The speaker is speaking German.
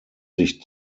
sich